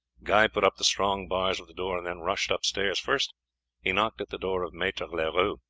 guy put up the strong bars of the door and then rushed upstairs. first he knocked at the door of maitre leroux.